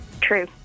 true